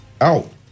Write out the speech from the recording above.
out